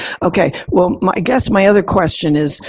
ok. well, my guess my other question is,